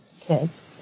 kids